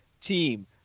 team